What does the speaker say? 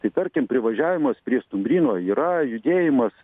tai tarkim privažiavimas prie stumbryno yra judėjimas